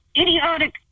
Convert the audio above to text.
idiotic